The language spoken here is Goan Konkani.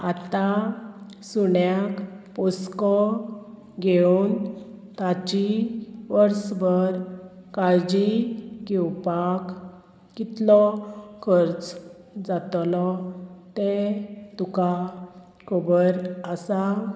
आतां सुण्याक पोसको घेवन ताची वर्सभर काळजी घेवपाक कितलो खर्च जातलो तें तुका खबर आसा